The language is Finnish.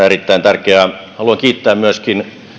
erittäin tärkeää haluan kiittää myöskin